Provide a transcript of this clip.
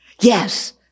Yes